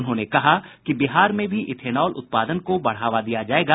उन्होंने कहा कि बिहार में भी इथेनॉल उत्पादन को बढ़ावा दिया जायेगा